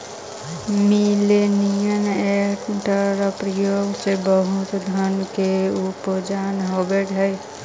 millennial entrepreneur में बहुत धन के उपार्जन होवऽ हई